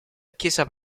chiesa